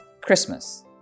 Christmas